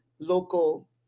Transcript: local